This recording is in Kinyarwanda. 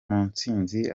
mutsinzi